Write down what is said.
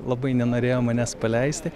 labai nenorėjo manęs paleisti